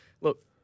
look